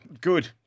Good